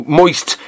moist